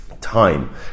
time